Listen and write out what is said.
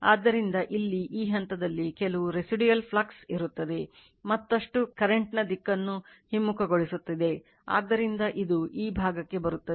ಆದ್ದರಿಂದ ಇಲ್ಲಿ ಈ ಹಂತದಲ್ಲಿ ಕೆಲವು residual flux B 0 ಆಗಿರುತ್ತದೆ